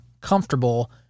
comfortable